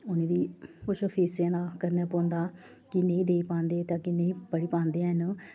उ'नेंगी किश फीसें दा करने पौंदा कि नेईं देई पांदे ते अग्गें नेईं पढ़ी पांदे हैन